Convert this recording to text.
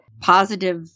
positive